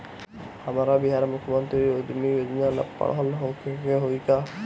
हमरा बिहार मुख्यमंत्री उद्यमी योजना ला पढ़ल होखे के होई का?